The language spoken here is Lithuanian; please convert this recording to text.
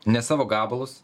ne savo gabalus